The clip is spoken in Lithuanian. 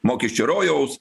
mokesčių rojaus